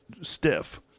stiff